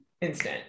instant